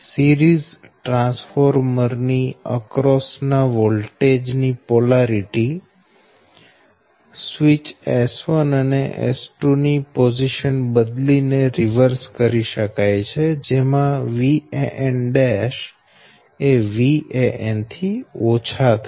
series transformer ની across ના voltage ની પોલારીટી સ્વીચ S1 અને S2 ની પોઝીશન બદલી ને રિવર્સ કરી શકાય છે જેમાં Van' એ Van થી ઓછા થશે